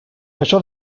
això